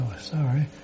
Sorry